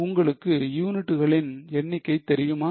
உங்களுக்கு யூனிட்டுகளின் எண்ணிக்கை தெரியுமா